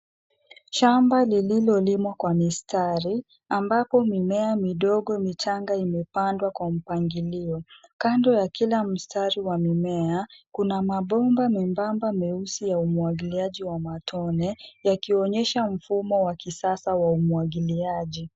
Shamba lililolimwa kwa mistari ambapo mimea midogo michanga imepandwa kwa mipangilio. Kando ya kila mstari wa mimea kuna mabomba nyembamba meusi ya umwagiliaji wa matone yakionyesha mfumo wa kisasa wa umwagiliaji.